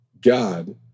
God